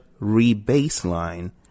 rebaseline